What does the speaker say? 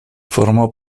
formó